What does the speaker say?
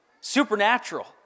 Supernatural